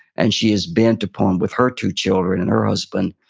and she is bent upon with her two children and her husband,